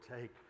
take